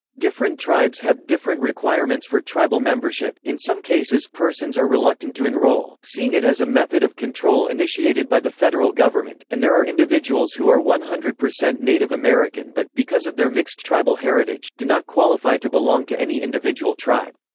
different tribes have different requirements for tribal membership in some cases persons are reluctant to enroll, seeing it as a method of control initiated by the federal government and there are individuals who are one hundred percent native american but, because of their mixed tribal heritage, do not qualify to belong to any individual tribe.